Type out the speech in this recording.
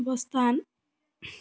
বাসস্থান